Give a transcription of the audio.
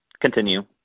continue